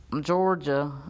Georgia